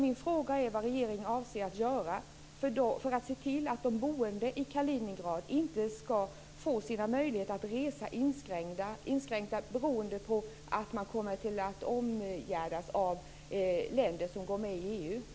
Min fråga är vad regeringen avser att göra för att se till att de boende i Kaliningrad inte ska få sina möjligheter att resa inskränkta beroende på att man kommer att omgärdas av länder som går med i EU.